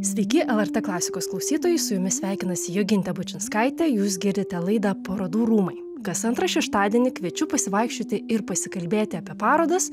sveiki lrt klasikos klausytojai su jumis sveikinasi jogintė bučinskaitė jūs girdite laidą parodų rūmai kas antrą šeštadienį kviečiu pasivaikščioti ir pasikalbėti apie parodas